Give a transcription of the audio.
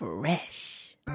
fresh